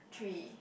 three